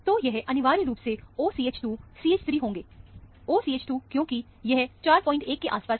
तो यह अनिवार्य रूप से OCH2 CH3 होंगे OCH2 क्योंकि यह 41 के आसपास है